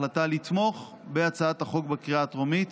החלטה לתמוך בהצעת החוק בקריאה הטרומית